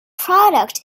product